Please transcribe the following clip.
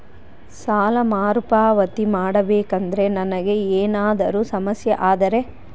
ಸಾಲ ಮರುಪಾವತಿ ಮಾಡಬೇಕಂದ್ರ ನನಗೆ ಏನಾದರೂ ಸಮಸ್ಯೆ ಆದರೆ?